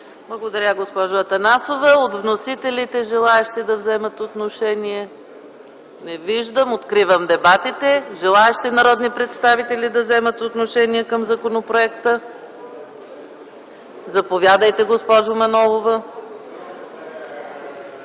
Благодаря, госпожо Атанасова. От вносителите има ли желаещи да вземат отношение? Не виждам. Откривам дебатите. Има ли желаещи народни представители да вземат отношение по законопроекта? Заповядайте, госпожо Манолова.